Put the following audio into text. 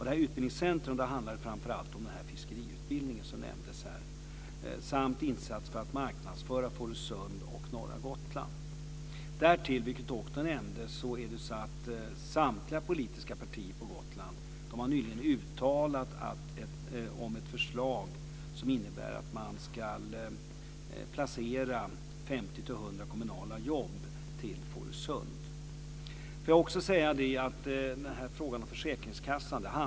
Det här utbildningscentrumet handlar framför allt om den fiskeriutbildning som nämndes samt insatser för att marknadsföra Fårösund och norra Gotland. Därtill, vilket också nämndes, har samtliga politiska partier på Gotland nyligen föreslagit att man ska placera 50-100 kommunala jobb i Fårösund. Låt mig också säga att det handlar om 120 jobb vid försäkringskassan.